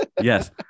Yes